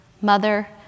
mother